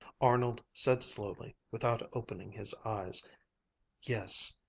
arnold said slowly, without opening his eyes yes,